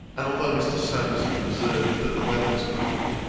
and, although mr. solmes had observed that the weather was cold,